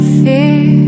fear